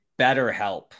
BetterHelp